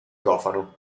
cofano